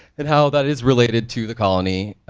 and how that is related to the colony,